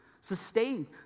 sustain